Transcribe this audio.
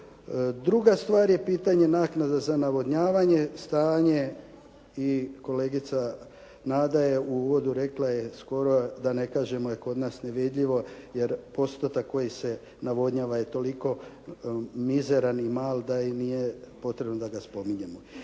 Druga stvar je pitanje naknada za navodnjavanje, stanje i kolegica Nada je u uvodu rekla skoro da ne kažemo je skoro kod nas nevidljivo jer postotak koji se navodnjava je toliko mizeran i mali da i nije potrebno da ga spominjemo.